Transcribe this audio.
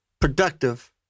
productive